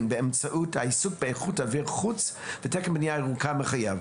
באמצעות העיסוק באיכות אוויר חוץ ותקן בנייה ירוקה מחייב.